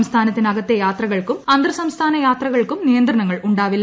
സംസ്ഥാനത്തിനകത്തെ യാത്രകൾക്കും അന്തർ സംസ്ഥാന യാത്രകൾക്കും നിയന്ത്രണങ്ങൾ ഉണ്ടാവില്ല